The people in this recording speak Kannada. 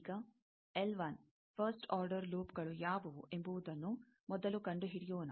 ಈಗ ಫಸ್ಟ್ ಆರ್ಡರ್ ಲೂಪ್ಗಳು ಯಾವುವು ಎಂಬುದನ್ನೂ ಮೊದಲು ಕಂಡುಹಿಡಿಯೋಣ